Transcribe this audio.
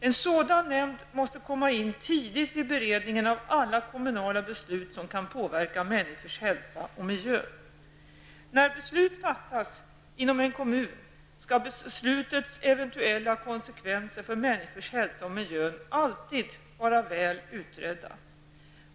En sådan nämnd måste komma in tidigt vid beredningen av alla kommunala beslut som kan påverka människors hälsa och miljön. När beslut fattas inom en kommun skall beslutets eventuella konsekvenser för människors hälsa och miljö alltid vara väl utredda.